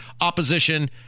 opposition